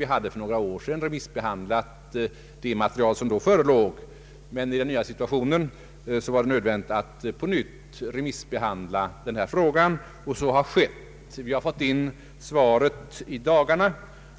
Vi hade för några år sedan remissbehandlat det material som då förelåg, men i den nya situationen var det alltså nödvändigt att på nytt remissbehandla frågan, och så har skett. Vi har fått svaren i dagarna,